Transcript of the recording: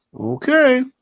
Okay